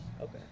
Okay